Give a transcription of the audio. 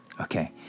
okay